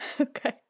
Okay